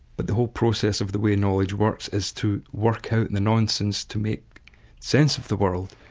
but the whole process of the way knowledge works is to work out the nonsense to make sense of the world.